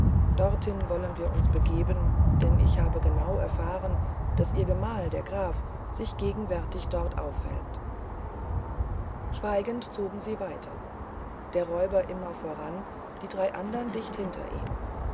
dorthin wollen wir uns begeben denn ich habe genau erfahren daß ihr gemahl der graf sich gegenwärtig dort aufhält schweigend zogen sie weiter der räuber immer voran die drei andern dicht hinter ihm